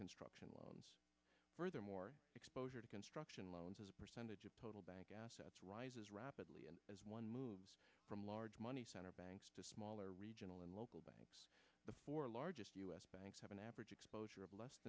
construction loans furthermore exposure to construction loans as a percentage of total bank assets rises rapidly and as one moves from large money center banks are regional and local the four largest u s banks have an average exposure of less